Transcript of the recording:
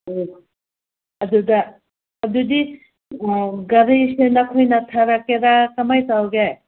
ꯎꯝ ꯑꯗꯨꯗ ꯑꯗꯨꯗꯤ ꯒꯥꯔꯤꯁꯦ ꯅꯈꯣꯏꯅ ꯊꯥꯔꯛꯀꯦꯔꯥ ꯀꯃꯥꯏ ꯇꯧꯒꯦ